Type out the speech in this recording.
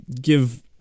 give